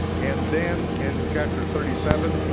and then in chapter thirty seven,